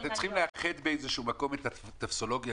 אתם צריכים לאחד באיזשהו מקום את הטופסולוגיה.